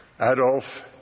Adolf